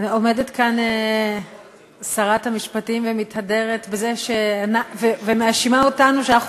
עומדת כאן שרת המשפטים ומאשימה אותנו שאנחנו